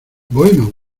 bueno